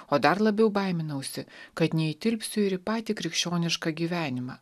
o dar labiau baiminausi kad neįtilpsiu ir į patį krikščionišką gyvenimą